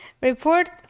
Report